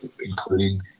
including